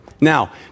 Now